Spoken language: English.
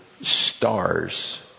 stars